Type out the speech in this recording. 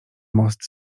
most